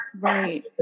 right